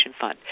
fund